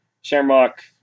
Shamrock